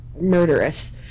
Murderous